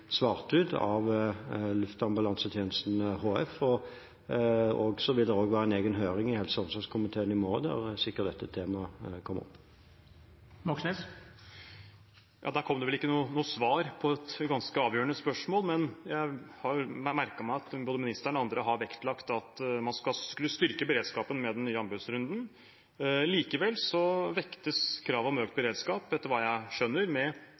av Luftambulansetjenesten HF, og det vil være en egen høring i helse- og omsorgskomiteen i morgen der dette temaet sikkert vil komme opp. Der kom det vel ikke noe svar på et ganske avgjørende spørsmål, men jeg har merket meg at både ministeren og andre har vektlagt at man skulle styrke beredskapen med den nye anbudsrunden. Likevel vektes krav om økt beredskap, etter hva jeg skjønner, med